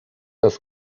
das